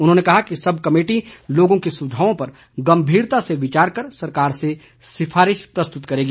उन्होंने कहा कि सब कमेटी लोगों के सुझावों पर गंभीरता से विचार कर सरकार से सिफारिश प्रस्तुत करेगी